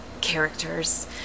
characters